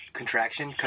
contraction